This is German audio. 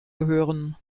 gehören